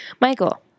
Michael